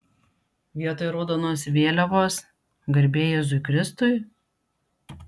vietoj raudonos vėliavos garbė jėzui kristui